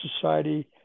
society